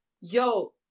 Yo